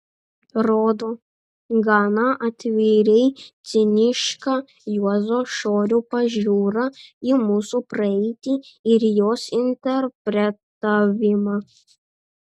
rodo gana atvirai cinišką juozo šorio pažiūrą į mūsų praeitį ir jos interpretavimą